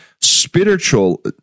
spiritual